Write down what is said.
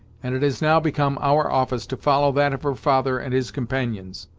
and it has now become our office to follow that of her father and his companions.